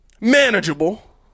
manageable